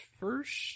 first